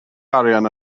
arian